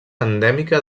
endèmica